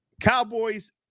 Cowboys